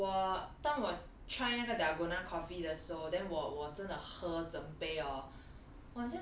but 我当我 try 那个 dalgona coffee 的时候 then 我我真的喝整杯 orh